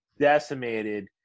decimated